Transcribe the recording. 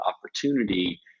opportunity